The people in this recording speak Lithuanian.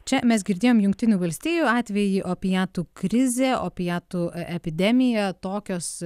čia mes girdėjom jungtinių valstijų atvejį opiatų krizė opiatų epidemija tokios